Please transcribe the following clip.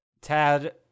Tad